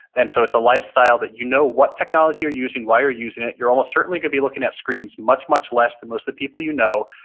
and so it's a lifestyle that you know what technology you're using, why you're using it. you're almost certainly going to be looking at screens much, much less than most of the people you know,